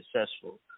successful